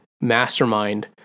mastermind